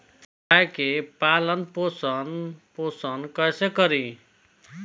गाय के पालन पोषण पोषण कैसे करी?